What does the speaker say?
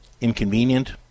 inconvenient